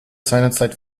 seinerzeit